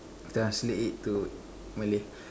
translate it to Malay